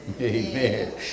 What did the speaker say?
Amen